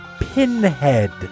Pinhead